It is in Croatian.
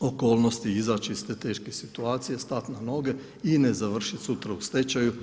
okolnosti izaći iz te teške situacije, stati na noge i ne završiti sutra u stečaju.